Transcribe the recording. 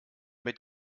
mit